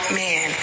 man